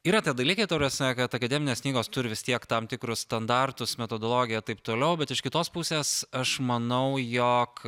yra tie dalykai ta prasme kad akademinės knygos turi vis tiek tam tikrus standartus metodologiją taip toliau bet iš kitos pusės aš manau jog